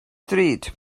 ddrud